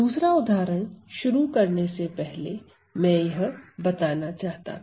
दूसरा उदाहरण शुरू करने से पहले मैं यह बताना चाहता था